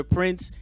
Prince